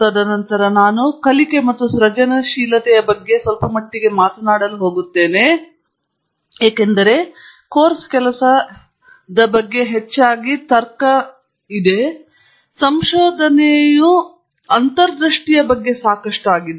ತದನಂತರ ನಾನು ಕಲಿಕೆ ಮತ್ತು ಸೃಜನಶೀಲತೆಯ ಬಗ್ಗೆ ಸ್ವಲ್ಪಮಟ್ಟಿಗೆ ಮಾತನಾಡಲು ಹೋಗುತ್ತೇನೆ ಏಕೆಂದರೆ ಕೋರ್ಸ್ ಕೆಲಸ ಹೆಚ್ಚಾಗಿ ತರ್ಕದ ಬಗ್ಗೆ ಇದೆ ಸಂಶೋಧನೆಯು ಅಂತರ್ದೃಷ್ಟಿಯ ಬಗ್ಗೆ ಸಾಕಷ್ಟು ಆಗಿದೆ